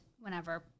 whenever